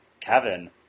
Kevin